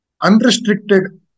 unrestricted